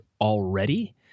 already